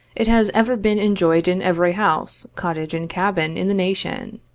it has ever been enjoyed in every house, cottage and cabin in the nation.